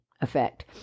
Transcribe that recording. effect